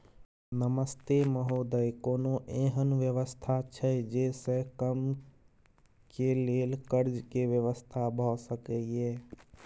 नमस्ते महोदय, कोनो एहन व्यवस्था छै जे से कम के लेल कर्ज के व्यवस्था भ सके ये?